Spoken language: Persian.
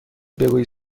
بگویید